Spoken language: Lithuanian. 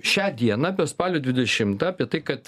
šią dieną apie spalio dvidešimtą apie tai kad